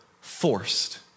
forced